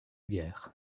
guerre